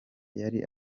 yari